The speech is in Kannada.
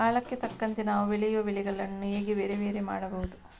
ಕಾಲಕ್ಕೆ ತಕ್ಕಂತೆ ನಾವು ಬೆಳೆಯುವ ಬೆಳೆಗಳನ್ನು ಹೇಗೆ ಬೇರೆ ಬೇರೆ ಮಾಡಬಹುದು?